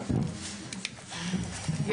הישיבה ננעלה בשעה 10:58.